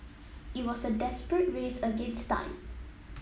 it was a desperate race against time